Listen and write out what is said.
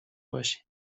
باشین